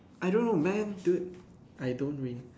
I don't know man dude I don't really